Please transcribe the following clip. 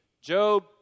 Job